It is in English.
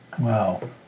Wow